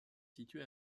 situé